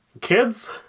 kids